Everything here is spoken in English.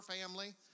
family